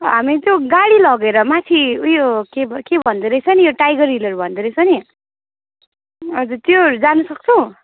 हामी त्यो गाडी लगेर माथि ऊ यो के के भन्दो रहेछ नि यो टाइगर हिलहरू भन्दो रहेछ नि हजुर त्योहरू जानु सक्छु